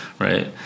Right